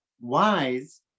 Wise